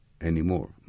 anymore